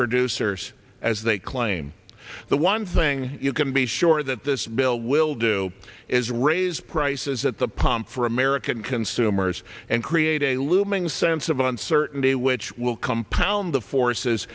producers as they claim the one thing you can be sure that this bill will do is raise prices at the pump for american consumers and create a looming sense of uncertainty which will compound the forces